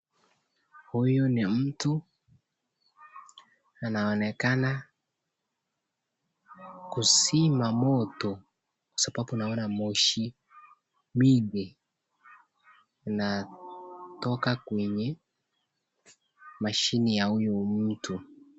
Huyu ni mtu anaonekana kuzima moto sababu naona moshi mingi inatoka kwenye mashine ya huyu mtu.